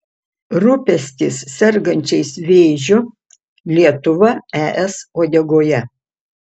rūpestis sergančiais vėžiu lietuva es uodegoje